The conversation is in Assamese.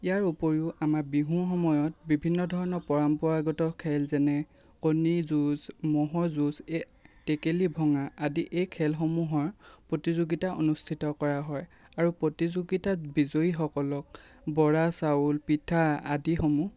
ইয়াৰ উপৰিও আমাৰ বিহুৰ সময়ত বিভিন্ন ধৰণৰ পৰম্পৰাগত খেল যেনে কণী যুঁজ ম'হৰ যুঁজ টেকেলি ভঙা আদি এই খেলসমূহৰ প্ৰতিযোগিতা অনুষ্ঠিত কৰা হয় আৰু প্ৰতিযোগিতাত বিজয়ীসকলক বৰা চাউল পিঠা আদিবোৰ